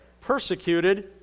Persecuted